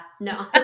No